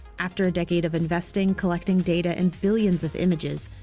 after a decade of investing, collecting data and billions of images,